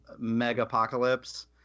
Megapocalypse